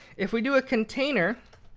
if we do a container,